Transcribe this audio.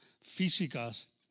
físicas